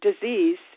disease